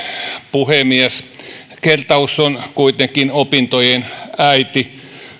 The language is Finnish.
puhemies kertaus on kuitenkin opintojen äiti